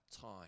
time